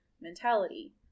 mentality